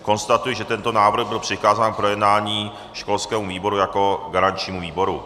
Konstatuji, že tento návrh byl přikázán k projednání školskému výboru jako garančnímu výboru.